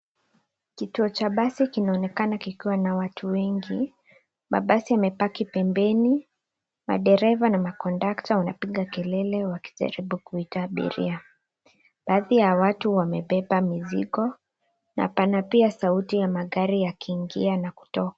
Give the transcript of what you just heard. Kituo cha basi kinaonekana kikiwa na watu wengi. Mabasi yamepaki pembeni. Madereva na makondakta wanapiga kelele wakijaribu kuita abiria. Kati ya watu wamebeba mizigo na pana pia sauti ya magari yakiingia na kutoka.